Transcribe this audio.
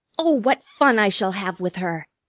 oh, what fun i shall have with her,